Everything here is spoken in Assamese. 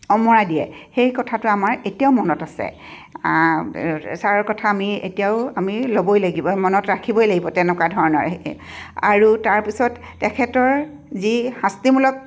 অমৰা দিয়ে সেই কথাটো আমাৰ এতিয়াও মনত আছে ছাৰৰ কথা আমি এতিয়াও আমি ল'বই লাগিব মনত ৰাখিবই লাগিব তেনেকুৱা ধৰণৰে আৰু তাৰপিছত তেখেতৰ যি শাস্তিমূলক